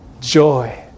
Joy